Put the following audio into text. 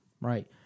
right